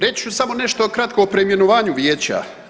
Reći ću samo nešto kratko o preimenovanju vijeća.